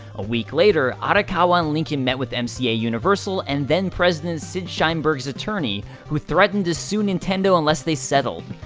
a week later, arakawa and lincoln met with um mca yeah universal and then president, sid sheinberg's attorney who threatened to sue nintendo unless they settled.